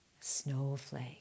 Snowflake